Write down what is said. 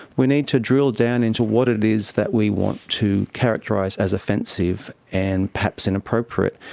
we need to drill down into what it is that we want to characterise as offensive and perhaps inappropriate.